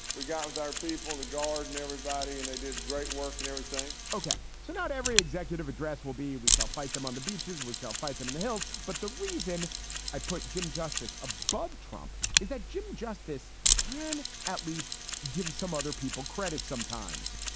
we got with our people, the guard and everybody. and i did great work and everything, ok? so not every executive address will be we shall fight them on the beaches, which i'll fight them in the hills. but the reason i put jim justice above trump is that jim justice can at least give some other people credit sometimes.